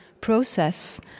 process